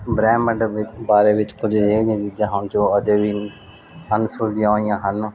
ਬ੍ਰਹਿਮੰਡ ਵਿੱਚ ਬਾਰੇ ਵਿੱਚ ਕੁਝ ਅਜਿਹੀਆਂ ਚੀਜ਼ਾਂ ਹਨ ਜੋ ਅਜੇ ਵੀ ਅਣਸੁਲਝੀਆਂ ਹੋਈਆਂ ਹਨ